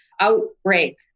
outbreak